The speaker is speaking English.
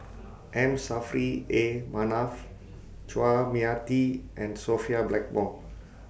M Saffri A Manaf Chua Mia Tee and Sophia Blackmore